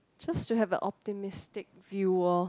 just to have a optimistic view orh